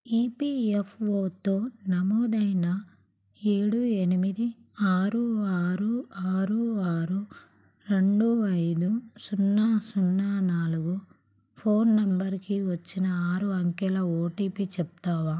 ఈపిఎఫ్ఓతో నమోదైన ఏడు ఎనిమిది ఆరు ఆరు ఆరు ఆరు రెండు ఐదు సున్నా సున్నా నాలుగు ఫోన్ నంబరుకి వచ్చిన ఆరు అంకెల ఓటిపి చెప్తావా